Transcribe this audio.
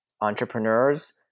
entrepreneurs